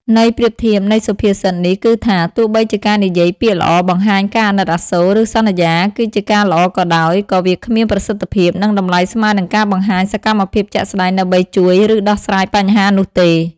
ន័យប្រៀបធៀបនៃសុភាសិតនេះគឺថា ទោះបីជាការនិយាយពាក្យល្អ បង្ហាញការអាណិតអាសូរ ឬសន្យាគឺជាការល្អក៏ដោយ ក៏វាគ្មានប្រសិទ្ធភាព និងតម្លៃស្មើនឹងការបង្ហាញសកម្មភាពជាក់ស្ដែងដើម្បីជួយ ឬដោះស្រាយបញ្ហានោះទេ។